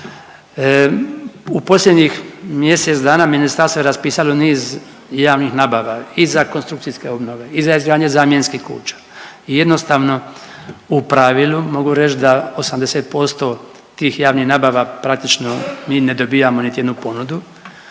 U posljednjih mjesec dana ministarstvo je raspisalo niz javnih nabava i za konstrukcijske obnove i za izgradnju zamjenskih kuća i jednostavno u pravilu mogu reći da 80% tih javnih nabava praktično ni ne dobijamo niti jednu ponudu